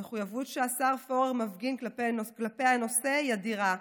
המחויבות שהשר פורר מפגין כלפי הנושא היא אדירה.